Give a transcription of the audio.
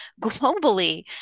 globally